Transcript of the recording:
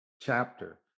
chapter